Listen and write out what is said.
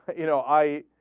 you know i